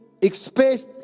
expect